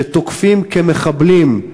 שתוקפים, כמחבלים,